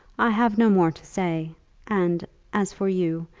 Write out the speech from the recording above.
i have no more to say and as for you,